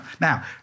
Now